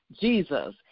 Jesus